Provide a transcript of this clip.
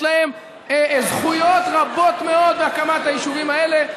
יש להם זכויות רבות מאוד בהקמת היישובים האלה,